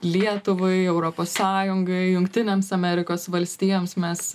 lietuvai europos sąjungai jungtinėms amerikos valstijoms mes